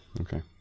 Okay